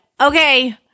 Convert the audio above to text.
Okay